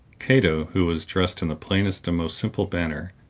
cato, who was dressed in the plainest and most simple manner,